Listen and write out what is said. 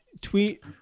tweet